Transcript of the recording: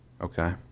Okay